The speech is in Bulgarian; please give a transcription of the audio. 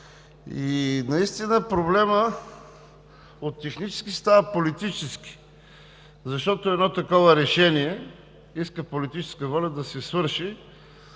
Наистина проблемът от технически става политически, защото едно такова решение иска политическа воля да се свърши.